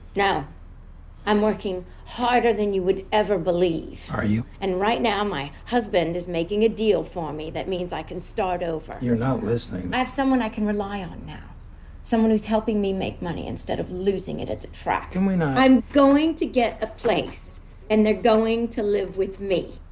yeah i'm working harder than you would ever believe are you. and right now my husband is making a deal for me. that means i can start over. you're not listening. i have someone i can rely on someone who's helping me make money instead of losing it at the track and we know i'm going to get a place and they're going to live with me